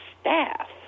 staff